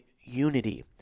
unity